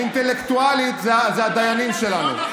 האינטלקטואלית, זה הדיינים שלנו.